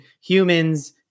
humans